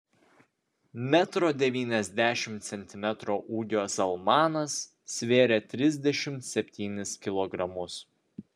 metro devyniasdešimt centimetrų ūgio zalmanas svėrė trisdešimt septynis kilogramus